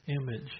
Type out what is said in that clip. image